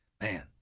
Man